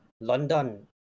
London